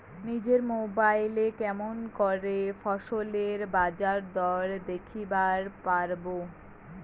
নিজের মোবাইলে কেমন করে ফসলের বাজারদর দেখিবার পারবো?